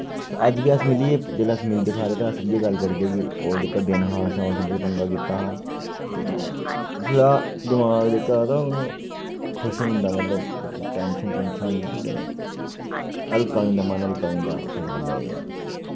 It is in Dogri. अज्ज बी अस मिलियै जिसलै अस मिलदे सारे तां अस इयै गल्ल करदे कि ओह् जेह्का दिन हा असें उस दिन एह पंगा कीता हा ते ना थोह्ड़ा दमाक जेह्का तां ओह् खुश होई जंदा मतलब जेह्की टेंशन टूनशन होंदी थोह्ड़ी इ'यां हल्का होई जंदा मन हल्का होई जंदा आखने दा मतलब एह् ऐ